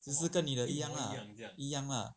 是不是跟你的一样 lah 一样 lah